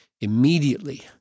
immediately